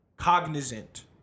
cognizant